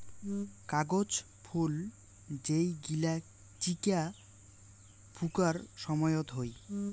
কাগজ ফুল যেই গিলা চিকা ফুঁকার সময়ত হই